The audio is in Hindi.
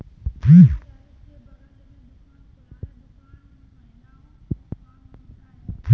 मेरे घर के बगल में दुकान खुला है दुकान में महिलाओं को काम मिलता है